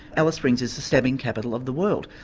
alice springs is the stabbing capital of the world.